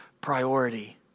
priority